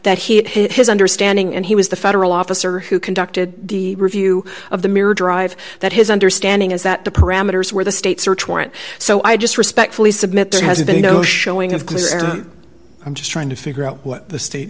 that he his understanding and he was the federal officer who conducted the review of the mirror drive that his understanding is that the parameters where the state search warrant so i just respectfully submit there has been no showing of concern i'm just trying to figure out what the state